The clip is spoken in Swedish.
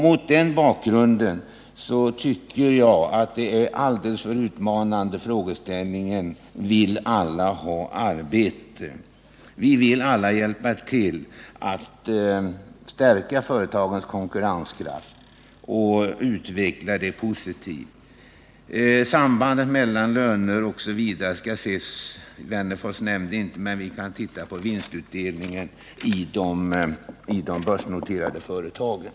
Mot den bakgrunden tycker jag att frågeställningen: ” Vill alla ha arbete?” är alldeles för utmanande. Vi vill alla hjälpa till att stärka företagens konkurrenskraft och utveckla den positivt. Sambandet mellan löner och vinster framgår om man tittar på vinstutvecklingen bl.a. i de börsnoterade företagen.